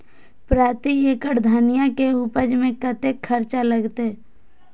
प्रति एकड़ धनिया के उपज में कतेक खर्चा लगते?